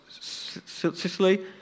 Sicily